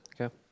Okay